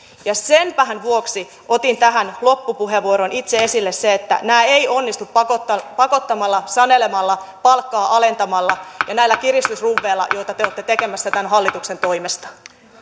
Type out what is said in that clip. ja senpähän vuoksi otin tähän loppupuheenvuoroon itse esille sen että nämä eivät onnistu pakottamalla pakottamalla sanelemalla palkkaa alentamalla ja näillä kiristysruuveilla joita te olette tekemässä tämän hallituksen toimesta